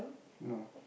no